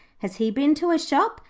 has he been to a shop,